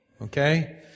Okay